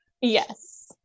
Yes